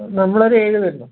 നമ്മൾ ഒര് ഏഴു പേരുണ്ട്